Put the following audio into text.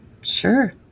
sure